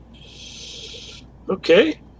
Okay